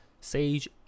Sage